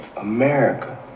America